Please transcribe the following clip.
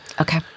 Okay